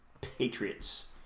Patriots